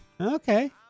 Okay